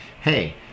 hey